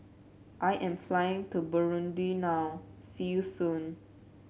I am flying to Burundi now see you soon